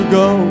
go